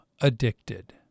addicted